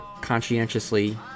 conscientiously